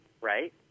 right